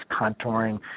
contouring